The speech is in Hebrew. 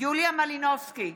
יוליה מלינובסקי,